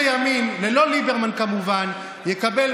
שראשי שתי המפלגות הגדולות קיבלו,